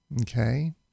Okay